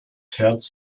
herz